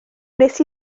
wnes